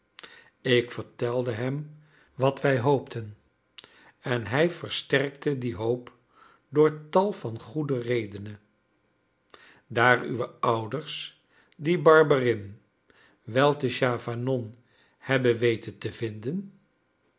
ik vertelde hem wat wij hoopten en hij versterkte die hoop door tal van goede redenen daar uwe ouders dien barberin wel te chavanon hebben weten te vinden